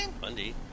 Bundy